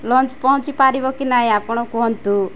launch ପହଞ୍ଚି ପାରିବ କି ନାହିଁ ଆପଣ କୁହନ୍ତୁ